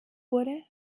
wurde